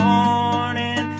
morning